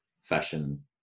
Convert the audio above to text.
fashion